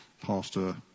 Pastor